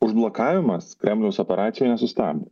užblokavimas kremliaus operacijų nesustabdė